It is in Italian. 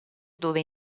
dove